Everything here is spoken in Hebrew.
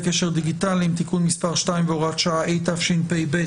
קשר דיגיטליים (תיקון מס' 2) (הוראת שעה) התשפ"ב-2022.